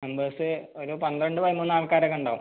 members ഒരു പന്ത്രണ്ട് പതിമൂന്ന് ആൾക്കാരൊക്കെ ഉണ്ടാവും